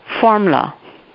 formula